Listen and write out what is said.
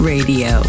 Radio